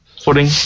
footing